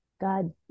God